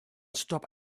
stop